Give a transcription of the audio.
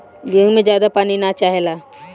गेंहू में ज्यादा पानी ना चाहेला